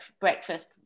breakfast